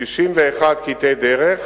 61 קטעי דרך